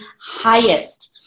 highest